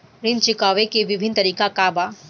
ऋण चुकावे के विभिन्न तरीका का बा?